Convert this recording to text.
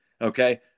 Okay